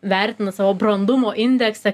vertina savo brandumo indeksą